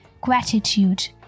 Gratitude